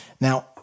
Now